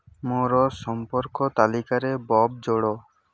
ମୋର ସମ୍ପର୍କ ତାଲିକାରେ ବବ୍ ଯୋଡ଼